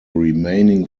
remaining